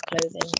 clothing